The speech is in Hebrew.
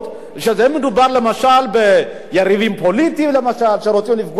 למשל כשמדובר ביריבים פוליטיים שרוצים לפגוע בהם.